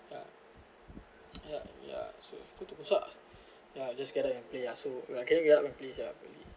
ya ya ya so good to go so ya just get up and play ya so I cannot get up play ya but he